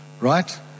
Right